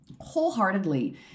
wholeheartedly